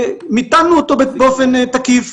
מיתנו אותו באופן תקיף,